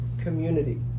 community